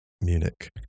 Munich